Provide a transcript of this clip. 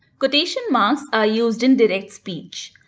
quotation marks are used in direct speech.